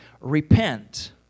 Repent